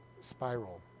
spiral